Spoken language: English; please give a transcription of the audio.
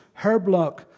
Herblock